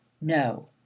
no